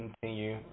continue